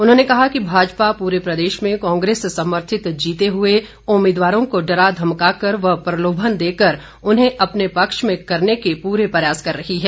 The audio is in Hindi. उन्होंने कहा कि भाजपा पूरे प्रदेश में कांग्रेस समर्थित जीते हुए उम्मीदवारों को डरा धमकाकर व प्रलोभन देकर उन्हें अपने पक्ष में करने के पूरे प्रयास कर रही है